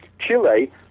Chile